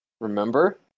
Remember